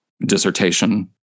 dissertation